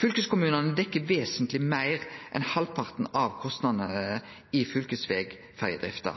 Fylkeskommunane dekkjer vesentleg meir enn halvparten av kostnadene i fylkesvegferjedrifta.